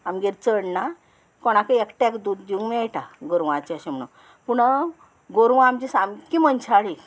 आमगेर चड ना कोणाकय एकट्याक दूद दिवंक मेळटा गोरवांचें अशें म्हणोन पूण गोरवां आमची सामकीं मनशाळी